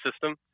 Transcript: system